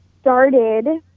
started